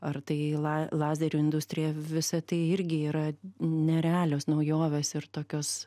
ar tai la lazerių industrija visa tai irgi yra nerealios naujovės ir tokios